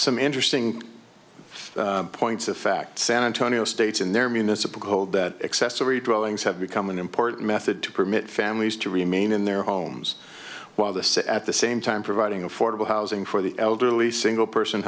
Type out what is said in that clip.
some interesting points of fact san antonio states in their municipal code that accessory drawings have become an important method to permit families to remain in their homes while the set at the same time providing affordable housing for the elderly single person